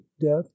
death